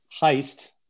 heist